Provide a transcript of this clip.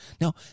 Now